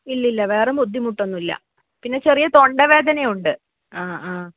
ഇല്ലില്ല വേറെ ബുദ്ധിമുട്ടൊന്നും ഇല്ല പിന്നെ ചെറിയ തൊണ്ടവേദന ഉണ്ട് ആ ആ